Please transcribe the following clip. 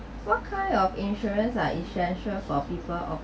what kind of insurance are essential for people of